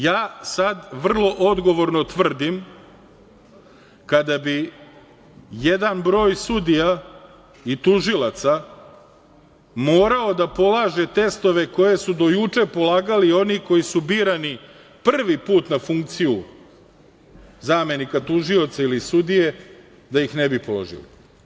Ja sada vrlo odgovorno tvrdim, kada bi jedan broj sudija i tužilaca morao da polaže testove koje su do juče polagali i oni koji su birani prvi put na funkciju zamenika tužioca ili sudije, da ih ne bi položili.